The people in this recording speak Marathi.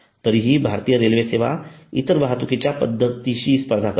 तरीही भारतीय रेल्वे सेवा इतर वाहतुकीच्या पद्धतींशी स्पर्धा करत आहे